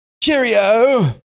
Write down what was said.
Cheerio